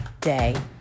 day